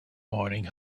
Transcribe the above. morning